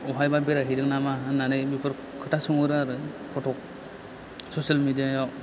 अफायबा बेराय हैदों नामा होननानै बेफोर खोथा सोंहरो आरो फथख ससेल मेदिया याव